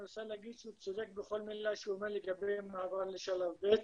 אני רוצה להגיד שהוא צודק בכל מילה שהוא אומר לגבי מעבר לשלב ב'.